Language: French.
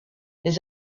les